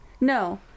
No